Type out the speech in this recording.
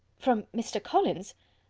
from mr. collins!